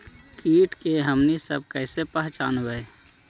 किट के हमनी सब कईसे पहचनबई?